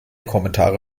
kommentare